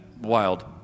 wild